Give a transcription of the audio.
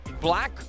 Black